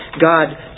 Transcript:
God